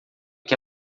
que